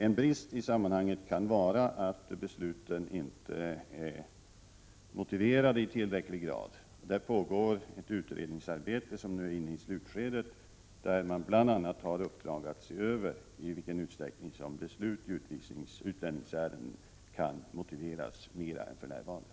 En brist i sammanhanget kan vara att besluten inte motiveras i tillräcklig grad. Det pågår ett utredningsarbete, som nu är inne i slutskedet, där man bl.a. har uppdraget att se över i vilken utsträckning som beslut i utlänningsärenden kan motiveras mera än för närvarande.